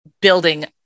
building